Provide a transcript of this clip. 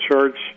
church